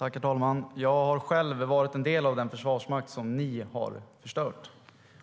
Herr talman! Jag har själv varit en del av den försvarsmakt som ni, Karin Enström, har förstört.